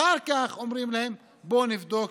אחר כך אומרים להם: בואו נבדוק,